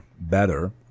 better